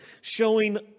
showing